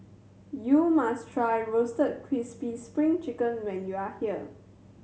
you must try Roasted Crispy Spring Chicken when you are here